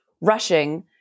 rushing